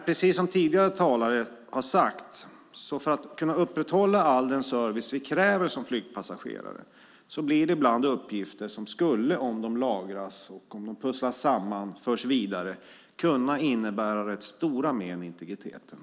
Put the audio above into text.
Precis som tidigare talare har sagt: För att kunna upprätthålla all den service vi som flygpassagerare kräver blir det ibland uppgifter som om de lagrades, pusslades samman och fördes vidare skulle kunna innebära rätt stora men för integriteten.